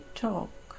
talk